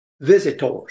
visitors